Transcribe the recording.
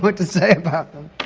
but to say about them.